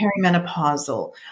perimenopausal